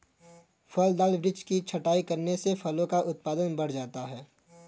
फलदार वृक्ष की छटाई करने से फलों का उत्पादन बढ़ जाता है